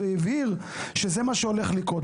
והבהיר שזה מה שהולך לקרות.